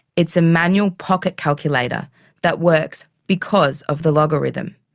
it's a manual pocket calculator that works because of the logarithm.